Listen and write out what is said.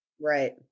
Right